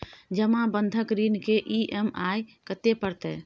जमा बंधक ऋण के ई.एम.आई कत्ते परतै?